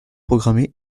programmée